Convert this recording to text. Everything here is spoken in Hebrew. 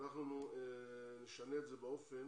אנחנו נשנה את זה באופן